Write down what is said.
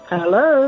Hello